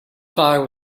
fire